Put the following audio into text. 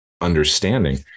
understanding